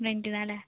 റെൻറ്റിനാല്ലേ